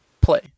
play